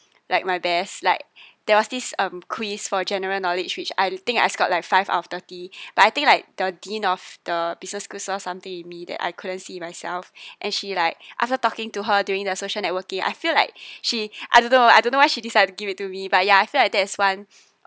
like my best like there was this um quiz for general knowledge which I don't think I score like five out of thirty but I think like the dean of the business school saw something in me that I couldn't see in myself and she like after talking to her during the social networking I feel like she I don't know I don't know why she decide to give it to me but ya I feel like that's one